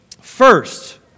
First